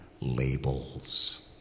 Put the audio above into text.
labels